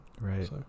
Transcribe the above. Right